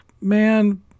man